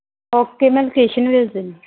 okay ਮੈਂ location ਭੇਜ਼ ਦਿੰਦੀ